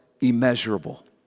immeasurable